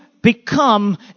become